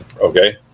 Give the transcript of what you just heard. Okay